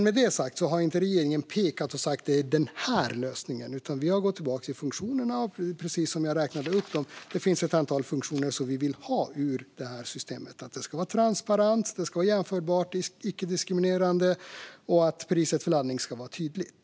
Med det sagt har regeringen inte pekat på en viss lösning, utan vi har gått tillbaka till funktionerna. Jag räknade upp ett antal funktioner som vi vill ha i det här systemet: Det ska vara transparens, det ska vara jämförbart och icke-diskriminerande och priset för laddning ska vara tydligt.